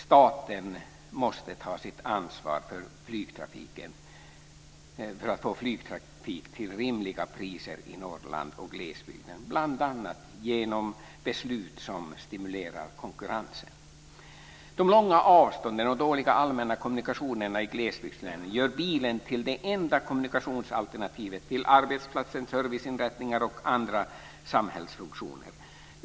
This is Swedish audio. Staten måste ta sitt ansvar för att få flygtrafik till rimliga priser i Norrland och glesbygden, bl.a. genom beslut som stimulerar konkurrensen. De långa avstånden och de dåliga allmänna kommunikationerna i glesbygdslänen gör bilen till det enda kommunikationsalternativet till arbetsplatser, serviceinrättningar och andra samhällsfunktioner.